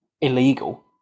illegal